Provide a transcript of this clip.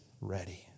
ready